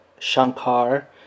Shankar